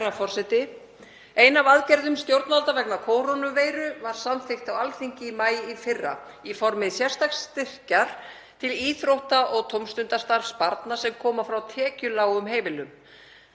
Ein af aðgerðum stjórnvalda vegna kórónuveiru var samþykkt á Alþingi í maí í fyrra í formi sérstaks styrks til íþrótta- og tómstundastarfs barna sem koma frá tekjulágum heimilum.